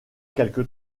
quelques